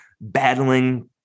battling